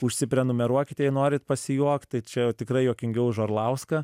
užsiprenumeruokite jei norit pasijuokt tai čia tikrai juokingiau už orlauską